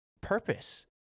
purpose